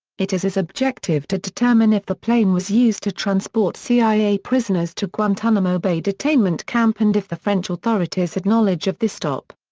it has as objective to determine if the plane was used to transport cia prisoners to guantanamo bay detainment camp and if the french authorities had knowledge of this stop.